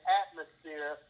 atmosphere